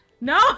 No